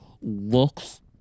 looks